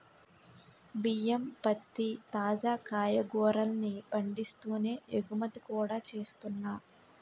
బియ్యం, పత్తి, తాజా కాయగూరల్ని పండిస్తూనే ఎగుమతి కూడా చేస్తున్నా